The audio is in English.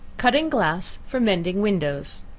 cutting glass for mending windows.